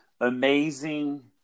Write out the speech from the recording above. amazing